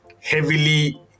heavily